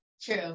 true